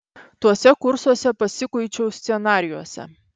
tuose kursuose pasikuičiau scenarijuose